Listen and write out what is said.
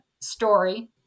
story